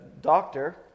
doctor